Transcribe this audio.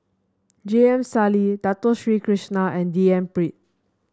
J M Sali Dato Sri Krishna and D N Pritt